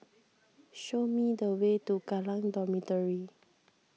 show me the way to Kallang Dormitory